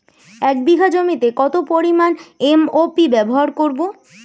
এক বিঘা জমিতে কত পরিমান এম.ও.পি ব্যবহার করব?